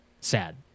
Sad